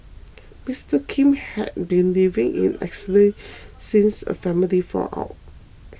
Mister Kim had been living in exile since a family fallout